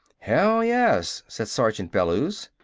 hell, yes! said sergeant bellews.